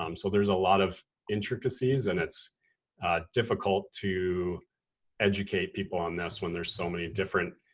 um so there's a lot of intricacies and it's difficult to educate people on this when there's so many different,